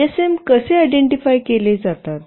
GSM कसे identified केले जाते